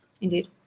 Indeed